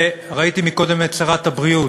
ראיתי קודם את שרת הבריאות,